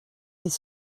les